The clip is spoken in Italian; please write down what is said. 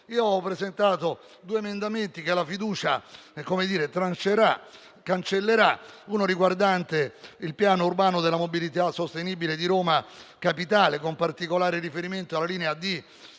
avevo presentato due emendamenti che la fiducia "trancherà", cancellerà: uno riguardante il piano urbano della mobilità sostenibile di Roma Capitale, con particolare riferimento alla linea D